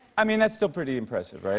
i mean, that's still pretty impressive, right?